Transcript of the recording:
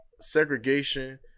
segregation